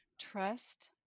Trust